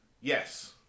Yes